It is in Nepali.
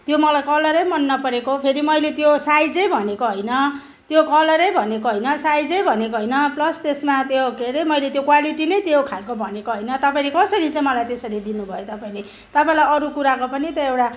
त्यो मलाई कलरै मन नपरेको फेरी मैले त्यो साइजै भनेको होइन त्यो कलरै भनेको होइन साइजै भनेको होइन प्लस त्यसमा त्यो के अरे मैले त्यो क्वालिटी नै त्यो खाल्को भनेको होइन तपाईँले कसरी चाहिँ मलाई त्यसरी दिनुभयो तपाईँले तपाईँलाई अरू कुराको पनि त एउटा